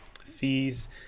fees